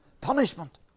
Punishment